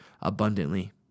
abundantly